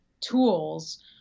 tools